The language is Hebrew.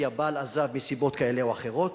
כי הבעל עזב מסיבות כאלה או אחרות,